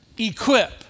Equip